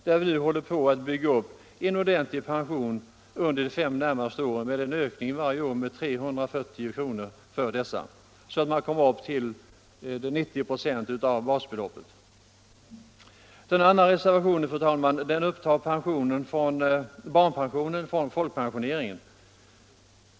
Där håller vi nu på att bygga upp en ordentlig pension under de fem närmaste åren med en ökning varje år på 340 kr., så att man kommer upp till 90 86 av basbeloppet. Den andra reservationen tar upp barnpensionen från folkpensioneringen.